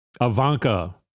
Ivanka